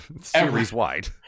series-wide